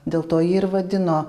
dėl to jį ir vadino